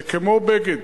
זה כמו בגד.